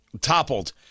toppled